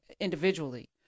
individually